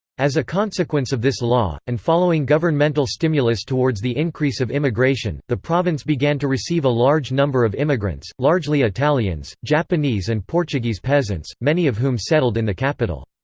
as a consequence of this law, and following governmental stimulus towards the increase of immigration, the province began to receive a large number of immigrants, largely italians, japanese and portuguese peasants, many of whom settled in the capital.